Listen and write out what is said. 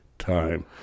time